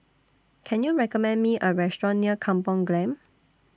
Can YOU recommend Me A Restaurant near Kampung Glam